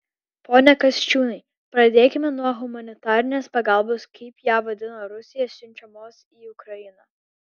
pone kasčiūnai pradėkime nuo humanitarinės pagalbos kaip ją vadina rusija siunčiamos į ukrainą